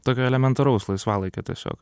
tokio elementaraus laisvalaikio tiesiog